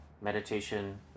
meditation